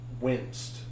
winced